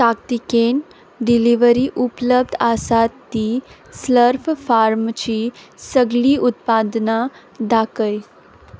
ताकतिकेन डिलिव्हरी उपलब्ध आसात ती स्लर्प फार्मची सगळीं उत्पादनां दाखय